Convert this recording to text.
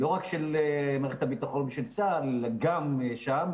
לא רק של מערכת הביטחון ושל צה"ל אלא גם שם,